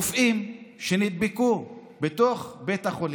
רופאים שנדבקו בתוך בית החולים,